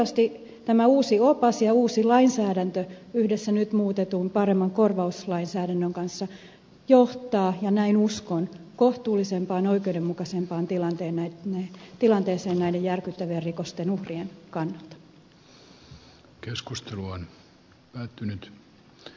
toivottavasti tämä uusi opas ja uusi lainsäädäntö yhdessä nyt muutetun paremman korvauslainsäädännön kanssa johtaa ja näin uskon kohtuullisempaan oikeudenmukaisempaan tilanteeseen näiden järkyttävien rikosten uhrien kannalta